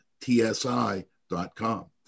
TSI.com